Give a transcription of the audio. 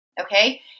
okay